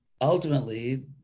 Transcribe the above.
ultimately